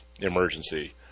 emergency